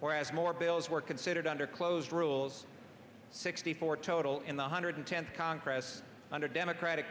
where as more bills were considered under close rules sixty four total in the hundred tenth congress under democratic